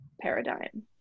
paradigm